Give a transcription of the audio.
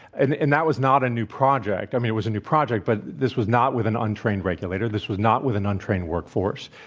and and that was not a new project. i mean, it was a new project, but this was not with an untrained regulator. this was not with an untrained workforce.